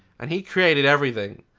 and he created everything.